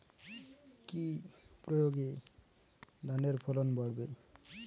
কি প্রয়গে ধানের ফলন বাড়বে?